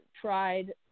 tried